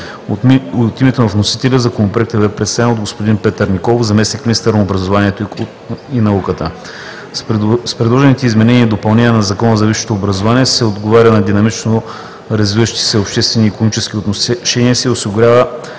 От името на вносителя Законопроектът бе представен от господин Петър Николов – заместник-министър на образованието и науката. С предложените изменения и допълнения на Закона за висшето образование се отговаря на динамично развиващите се обществени и икономически отношения и се осигурява